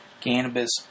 cannabis